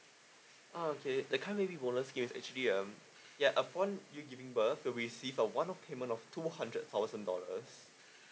ah okay the child baby bonus scheme is actually um ya upon you giving birth will receive a one off payment of two hundred thousand dollars